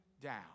down